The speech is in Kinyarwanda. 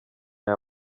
aya